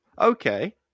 Okay